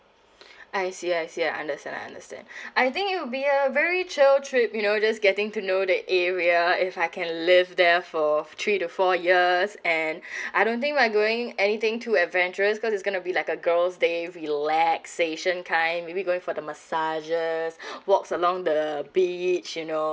I see I see I understand I understand I think it will be a very chill trip you know just getting to know the area if I can live there for three to four years and I don't think I'll going anything to adventurous because it's gonna be like a girls day relaxation kind maybe going for the massages walks along the beach you know